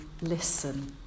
listen